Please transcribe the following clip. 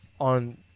on